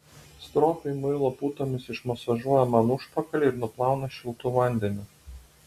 stropiai muilo putomis išmasažuoja man užpakalį ir nuplauna šiltu vandeniu